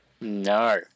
No